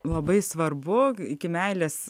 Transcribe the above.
labai svarbu iki meilės